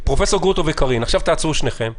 פרופ' גרוטו וקארין, תעצרו שניכם.